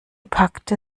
packte